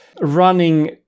running